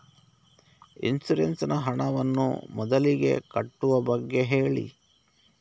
insurance ನ ಹಣವನ್ನು ಮೊದಲಿಗೆ ಕಟ್ಟುವ ಬಗ್ಗೆ ಹೇಳಿ